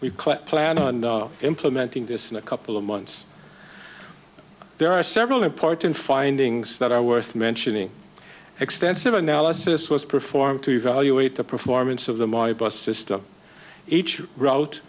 we've planned on implementing this in a couple of months there are several important findings that are worth mentioning extensive analysis was performed to evaluate the performance of the my bus system each route